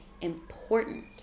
important